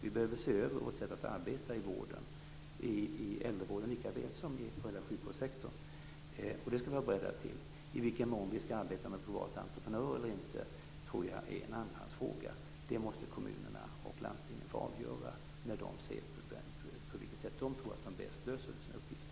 Vi behöver se över vårt sätt att arbeta i äldrevården, lika väl som i hela sjukvårdssektorn. Det skall vi vara beredda till. I vilken mån vi skall arbeta med privata entreprenörer eller inte tror jag är en annans fråga. Den saken måste nämligen kommunerna och landstingen få avgöra när de ser på vilket sätt de tror att de bäst löser sina uppgifter.